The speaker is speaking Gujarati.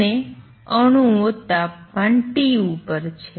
અને અણુઓ તાપમાન T ઉપર છે